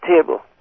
table